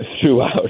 throughout